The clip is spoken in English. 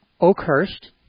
Oakhurst